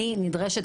אני נדרשת,